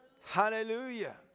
Hallelujah